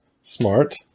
Smart